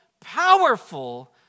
powerful